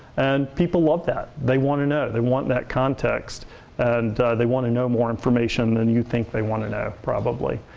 and people loved that. they want to know, they want that context and they want to know more information than you think they want to know probably.